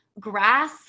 grass